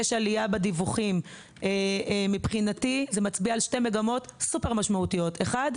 העלייה בדיווחים מצביעה על שתי מגמות סופר משמעותיות: ראשית,